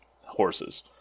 horses